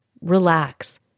relax